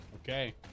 Okay